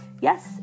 Yes